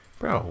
bro